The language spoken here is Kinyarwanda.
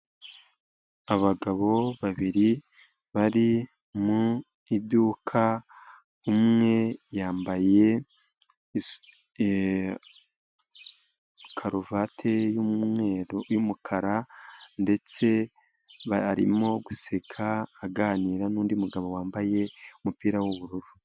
Abagabo babiri, bari mu iduka, umwe yambaye karuvati y'umweru y'umukara, ndetse barimo guseka aganira n'undi mugabo wambaye umupira w'ubururu.